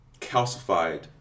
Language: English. calcified